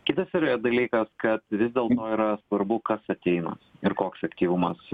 kitas yra dalykas kad vis dėlto yra svarbu kas ateina ir koks aktyvumas